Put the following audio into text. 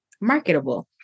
marketable